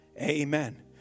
amen